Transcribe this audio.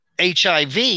HIV